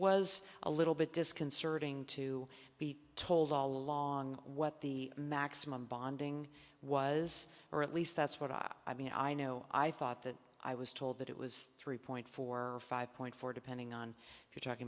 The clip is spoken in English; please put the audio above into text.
was a little bit disconcerting to be told all along what the maximum bonding was or at least that's what i mean i know i thought that i was told that it was three point four or five point four depending on if you're talking